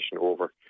over